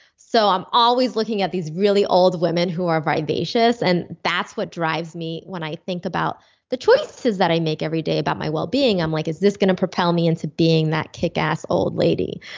so i'm always looking at these really old women who are vivacious and that's what drives me when i think about the choices that i make every day about my wellbeing. i'm like, is this gonna propel me into being that kickass old lady?